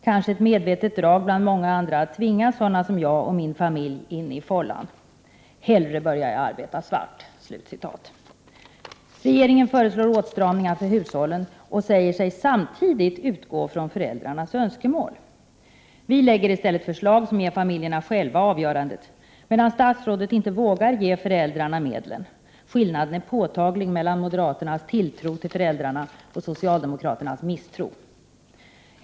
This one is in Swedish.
——— Kanske ett medvetet drag bland många andra att tvinga sådana som jag och min familj in i fållan? ——— Hellre börjar jag arbeta svart.” Regeringen föreslår åtstramningar för hushållen, men säger sig samtidigt utgå från familjernas önskemål. Vi lägger i stället fram f/:slag som ger familjerna själva möjlighet att avgöra. Statsrådet vågar inte g. föräldrarna medlen. Skillnaden är påtaglig mellan moderaternas tilltro till föräldrarna och socialdemokraternas misstro.